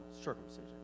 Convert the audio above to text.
circumcision